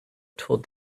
told